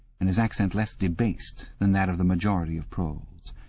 and his accent less debased than that of the majority of proles.